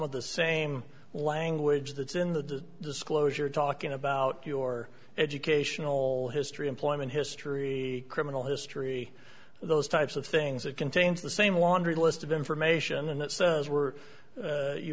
of the same language that's in the disclosure talking about your educational history employment history criminal history those types of things it contains the same laundry list of information and it says were